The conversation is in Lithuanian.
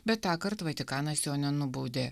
bet tąkart vatikanas jo nenubaudė